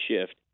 shift